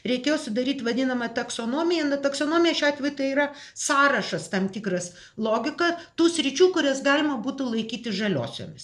reikėjo sudaryt vadinamą taksonomiją na taksonomija šiuo atveju tai yra sąrašas tam tikras logika tų sričių kurias galima būtų laikyti žaliosiomis